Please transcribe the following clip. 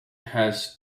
has